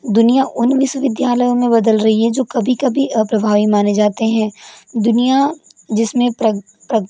दुनिया उन विश्वविद्यालयों में बदल रही है जो कभी कभी अप्रभावी माने जाते हैं दुनिया जिसमें